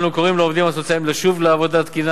אנו קוראים לעובדים הסוציאליים לשוב לעבודה תקינה